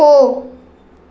போ